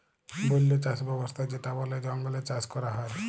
বল্য চাস ব্যবস্থা যেটা বলে জঙ্গলে চাষ ক্যরা হ্যয়